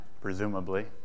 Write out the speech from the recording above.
presumably